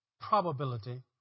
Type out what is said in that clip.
probability